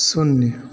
शून्य